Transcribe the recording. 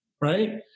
right